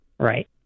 Right